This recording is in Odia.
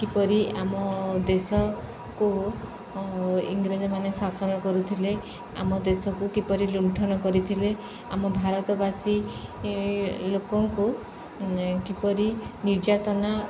କିପରି ଆମ ଦେଶକୁ ଇଂରେଜମାନେ ଶାସନ କରୁଥିଲେ ଆମ ଦେଶକୁ କିପରି ଲୁଣ୍ଠନ କରିଥିଲେ ଆମ ଭାରତବାସୀ ଲୋକଙ୍କୁ କିପରି ନିର୍ଯାତନା